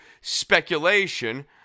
speculation